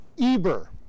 Eber